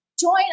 Join